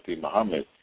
Muhammad